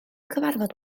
cyfarfod